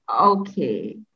Okay